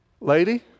Lady